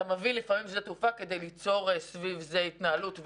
אתה מביא לפעמים שדה תעופה כדי ליצור סביב זה התנהלות,